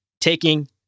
taking